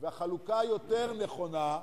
והחלוקה היותר נכונה,